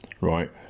right